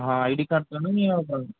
హ ఐడి కార్డ్తోనే మీట్ అవుతాము